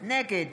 נגד